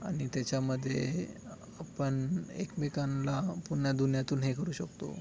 आणि त्याच्यामध्ये आपण एकमेकांला पूर्ण दुनियातून हे करू शकतो